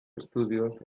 estudios